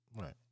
Right